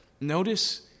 notice